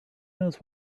knows